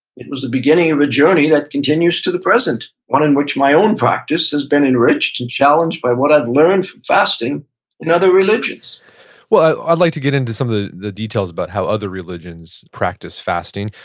it was a beginning of a journey that continues to the present, one in which my own practice has been enriched and challenged by what i've learned from fasting in other religions i'd like to get into some of the the details about how other religions practice fasting.